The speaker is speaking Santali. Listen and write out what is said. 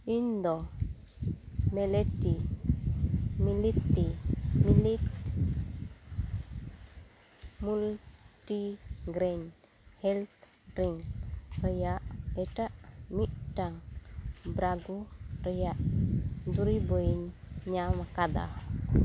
ᱤᱧᱫᱚ ᱢᱤᱞᱮᱴ ᱢᱟᱞᱴᱤᱜᱨᱮᱱ ᱦᱮᱞᱛᱷ ᱰᱨᱤᱝᱠ ᱨᱮᱭᱟᱜ ᱮᱴᱟᱜ ᱢᱤᱫᱴᱟᱝ ᱵᱨᱟᱜᱩ ᱨᱮᱭᱟᱜ ᱫᱩᱨᱤᱵᱽᱤᱧ ᱧᱟᱢᱟᱠᱟᱫᱟ